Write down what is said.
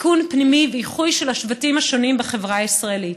תיקון פנימי ואיחוי של השבטים השונים בחברה הישראלית.